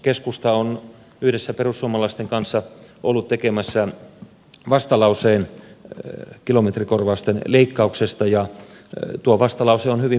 keskusta on yhdessä perussuomalaisten kanssa ollut tekemässä vastalauseen kilometrikorvausten leikkauksesta ja tuo vastalause on hyvin perusteltu